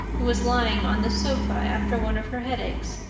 who was lying on the sofa after one of her headaches,